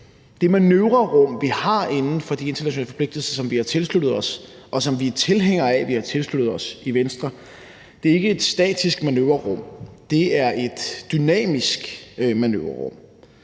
det manøvrerum, man har inden for de internationale forpligtelser, som man har tilsluttet sig, og som vi i Venstre er tilhængere af at man har tilsluttet sig, ikke er et statisk manøvrerum, men at det er et dynamisk manøvrerum.